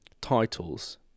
titles